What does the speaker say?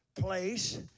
place